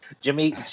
Jimmy